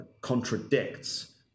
contradicts